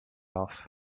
off